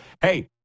Hey